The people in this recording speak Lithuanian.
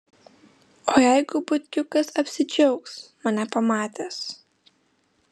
o jeigu butkiukas apsidžiaugs mane pamatęs